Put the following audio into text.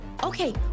Okay